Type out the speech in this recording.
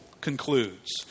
concludes